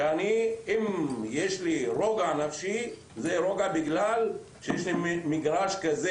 אם יש לי רוגע נפשי זה בגלל שיש לי מגרש כזה.